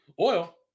Oil